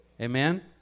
Amen